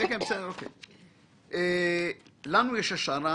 לנו יש השערה